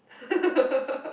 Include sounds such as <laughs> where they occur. <laughs>